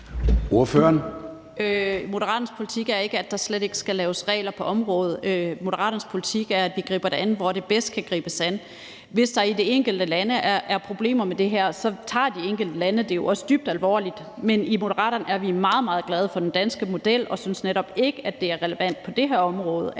Moderaternes politik er ikke, at der slet ikke skal laves regler på området. Moderaternes politik er, at vi griber det an der, hvor det bedst kan gribes an. Hvis der i de enkelte lande er problemer med det her, tager de enkelte lande det jo også dybt alvorligt.I Moderaterne er vi meget, meget glade for den danske model og synes netop ikke, at det er relevant på det her område,